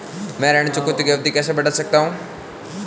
मैं ऋण चुकौती की अवधि कैसे बढ़ा सकता हूं?